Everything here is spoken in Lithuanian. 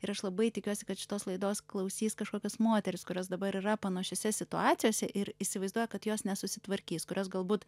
ir aš labai tikiuosi kad šitos laidos klausys kažkokios moterys kurios dabar yra panašiose situacijose ir įsivaizduoja kad jos nesusitvarkys kurios galbūt